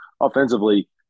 offensively